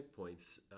checkpoints